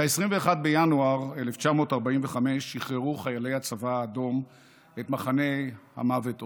ב-27 בינואר 1945 שחררו חיילי הצבא האדום את מחנה המוות אושוויץ.